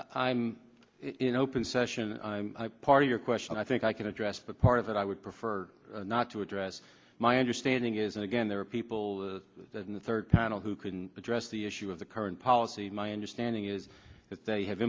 i'm in open session part of your question i think i can address the part of that i would prefer not to address my understanding is and again there are people in the third connell who can address the issue of the current policy my understanding is that they have